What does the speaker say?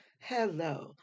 Hello